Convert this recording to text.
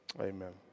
amen